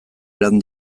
edan